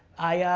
i, ah,